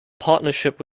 partnership